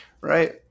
Right